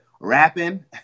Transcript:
rapping